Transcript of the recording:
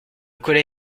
collet